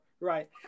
right